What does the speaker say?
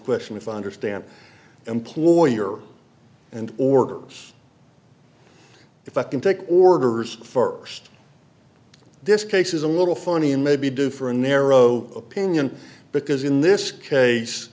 question if i understand employer and orders if i can take orders first this case is a little funny and may be due for a narrow opinion because in this case